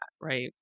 right